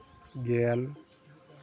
ᱜᱮᱭᱟᱱ